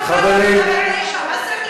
מדברים על ילדה בת תשע,